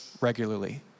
regularly